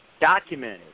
documented